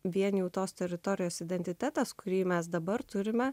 vien jau tos teritorijos identitetas kurį mes dabar turime